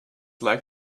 like